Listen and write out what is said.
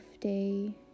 day